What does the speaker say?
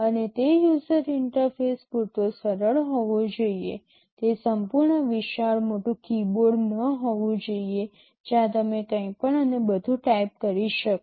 અને તે user interface પૂરતો સરળ હોવો જોઈએ તે સંપૂર્ણ વિશાળ મોટું કીબોર્ડ ન હોવું જોઈએ જ્યાં તમે કંઈપણ અને બધું ટાઇપ કરી શકો